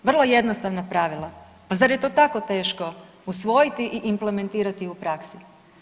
Vrlo jednostavna pravila, pa zar je to tako teško usvojiti i implementirati u praksi?